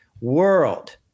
world